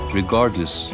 regardless